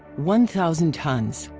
one thousand tons.